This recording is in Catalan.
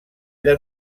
era